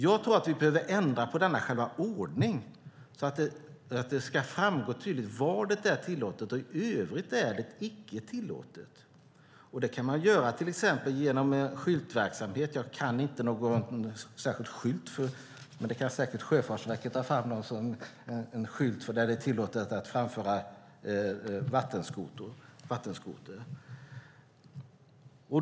Jag tror att vi behöver ändra på själva ordningen så att det tydligt framgår var det är tillåtet, och i övrigt är det icke tillåtet. Det kan man exempelvis göra genom en skyltverksamhet; jag kan inte föreslå någon särskild skylt för det, men Sjöfartsverket kan säkert ta fram en skylt för där det är tillåtet att framföra vattenskoter.